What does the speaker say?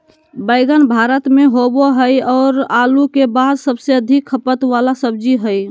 बैंगन भारत में होबो हइ और आलू के बाद सबसे अधिक खपत वाला सब्जी हइ